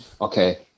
Okay